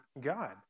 God